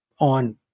on